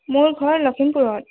মোৰ ঘৰ লখিমপুৰত